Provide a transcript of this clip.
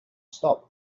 stop